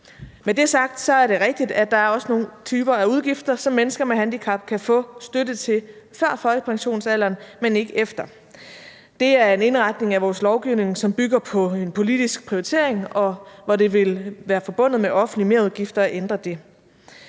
Med det sagt er det rigtigt, at der også er nogle typer af udgifter, som mennesker med handicap kan få støtte til før folkepensionsalderen, men ikke efter. Det er en indretning af vores lovgivning, som bygger på en politisk prioritering, og det vil være forbundet med offentlige merudgifter at ændre det.